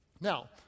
Now